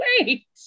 wait